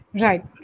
Right